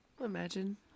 Imagine